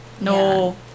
No